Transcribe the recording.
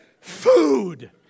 food